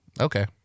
Okay